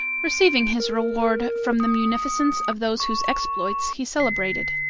receiving his reward from the munificence of those whose exploits he celebrated.